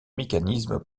mécanismes